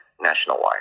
nationwide